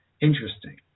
Interesting